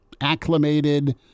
acclimated